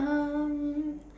um